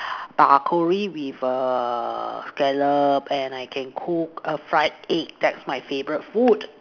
broccoli with scallop and I can cook fried egg that's my favourite food